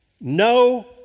no